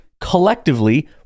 collectively